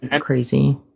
crazy